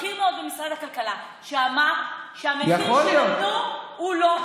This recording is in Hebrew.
בכיר מאוד ממשרד הכלכלה ואמר שהמחיר שנתנו הוא לא,